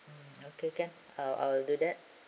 mm okay can I'll I'll do that